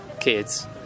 kids